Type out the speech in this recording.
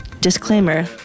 Disclaimer